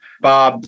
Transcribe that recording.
Bob